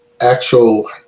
actual